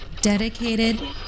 Dedicated